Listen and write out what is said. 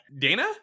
Dana